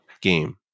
game